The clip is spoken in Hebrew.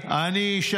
אני אני, אני אישרתי,